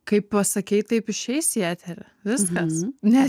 kaip pasakei taip išeis į eterį viskas ne